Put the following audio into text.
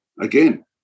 again